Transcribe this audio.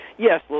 Yes